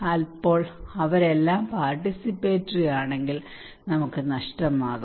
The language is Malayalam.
അപ്പോൾ അവരെല്ലാം പാർട്ടിസിപ്പേറ്ററി ആണെങ്കിൽ നമുക്ക് നഷ്ടമാകും